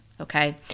Okay